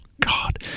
god